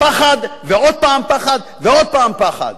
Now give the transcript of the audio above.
פחד, ועוד הפעם פחד, ועוד הפעם פחד.